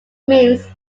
means